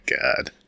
God